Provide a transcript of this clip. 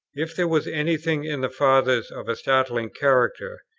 if there was any thing in the fathers of a startling character,